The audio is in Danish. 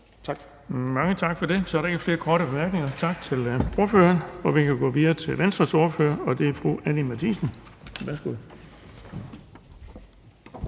(Erling Bonnesen): Så er der ikke flere korte bemærkninger. Tak til ordføreren. Vi kan gå videre til Venstres ordfører, og det er fru Anni Matthiesen. Værsgo.